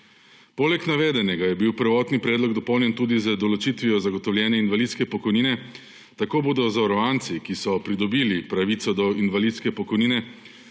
Poleg navedenega je bil prvotni predlog dopolnjen tudi z določitvijo zagotovljene invalidske pokojnine. Tako bo zavarovancem, ki so pridobili pravico do invalidske pokojnine,